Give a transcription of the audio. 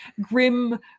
grim